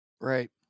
Right